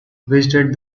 visited